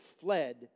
fled